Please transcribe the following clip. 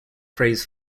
phrase